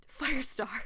Firestar